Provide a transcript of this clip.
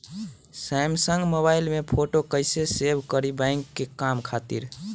Samsung mobile में photo कैसे save करीं बैंक के काम खातिर?